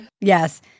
Yes